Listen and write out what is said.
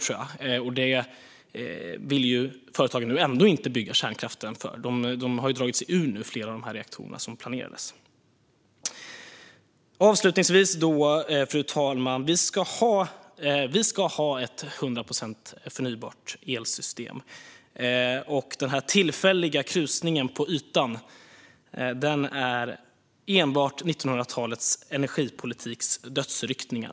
Företagen vill ändå inte bygga kärnkraften. De har dragit sig ur byggandet av flera av de reaktorer som planerades. Fru talman! Jag vill avslutningsvis säga att vi ska ha ett 100 procent förnybart elsystem. Den tillfälliga krusningen på ytan är enbart 1900-talets energipolitiks dödsryckningar.